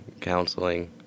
counseling